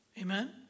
amen